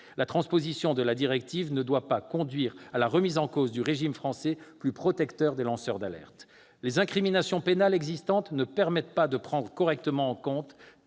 La transposition de la directive ne doit en effet pas conduire à la remise en cause du régime français, plus protecteur des lanceurs d'alerte. Les incriminations pénales existantes ne permettent pas de prendre correctement en compte